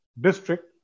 district